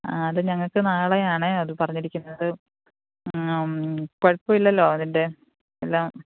ആ അത് ഞങ്ങൾക്ക് നാളെയാണെ അത് പറഞ്ഞിരിക്കുന്നത് കുഴപ്പമില്ലല്ലോ അതിന്റെ എല്ലാം